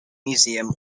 museum